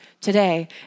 today